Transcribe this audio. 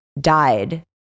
died